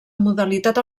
modalitat